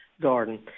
garden